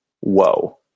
Whoa